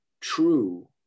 true